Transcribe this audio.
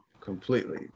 completely